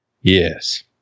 Yes